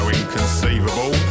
inconceivable